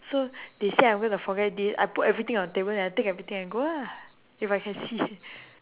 so they say I'm gonna forget it I put everything on the table then I take everything and go lah if I can see